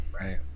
Right